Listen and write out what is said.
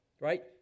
Right